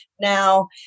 Now